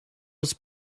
was